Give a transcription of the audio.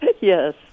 Yes